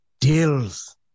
deals